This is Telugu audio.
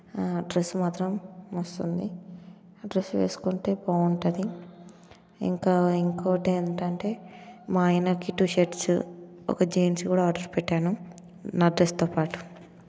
ఆ డ్రస్ మాత్రం మస్తుంది డ్రస్ వేసుకుంటే బాగుంటుంది ఇంకా ఇంకోటెంటంటే మా ఆయనకి టూ షర్ట్స్ ఒక జీన్స్ కూడా ఆర్డర్ పెట్టాను నా డ్రస్తో పాటు